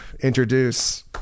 introduce